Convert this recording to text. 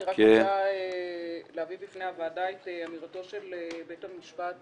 אני רוצה להביא בפני הוועדה את אמירתו של בית המשפט